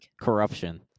Corruption